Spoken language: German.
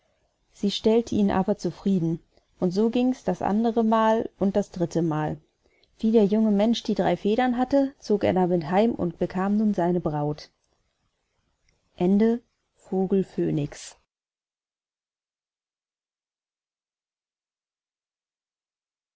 sie stellte ihn aber zufrieden und so gings das anderemal und das drittemal wie der junge mensch die drei federn hatte zog er damit heim und bekam nun seine braut